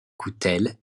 coutelle